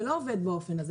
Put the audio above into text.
זה לא עובד באופן כזה.